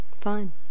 Fine